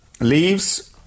leaves